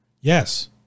yes